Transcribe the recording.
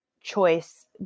choice